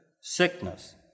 sickness